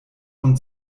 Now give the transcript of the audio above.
und